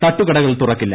തട്ടുകടകൾ തുറക്കില്ല